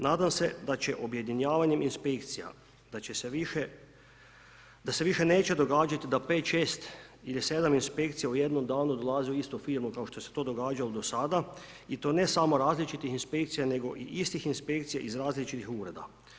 Nadam se da će objedinjavanjem inspekcija, da se više neće događati da 5, 6 ili 7 inspekcija u jednom danu dolaze u istu firmu, kao što se je to događalo do sada i to ne samo različitih inspekcija, nego istih inspekcija, iz različitih ureda.